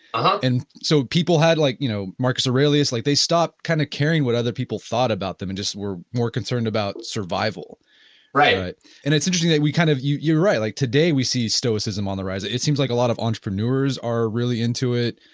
um and so people had like you know marcus aurelius, like they stop kind of caring what other people thought about them and just were more concerned about survival right and it's interesting that we kind of you're right like today we see stoicism on the rise, it it seems like a lot of entrepreneurs are really into it,